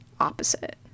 opposite